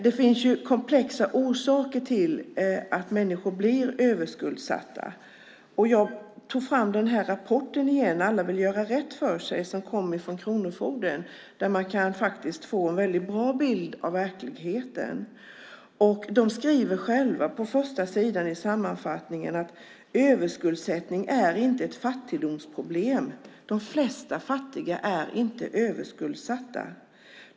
Det finns komplexa orsaker till att människor blir överskuldsatta. I rapporten Alla vill göra rätt för sig från Kronofogdemyndigheten kan man få en väldigt bra bild av verkligheten. I sammanfattningen skriver de själva att överskuldsättning inte är ett fattigdomsproblem. De flesta fattiga är inte överskuldsatta.